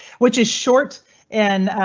which is short an